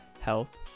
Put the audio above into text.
health